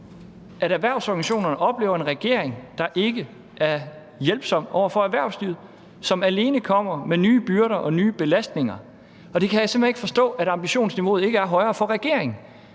at erhvervsorganisationerne oplever en regering, der ikke er hjælpsom over for erhvervslivet, og som alene kommer med nye byrder og nye belastninger. Og jeg kan simpelt hen ikke forstå, at ambitionsniveauet ikke er højere for regeringen.